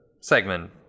segment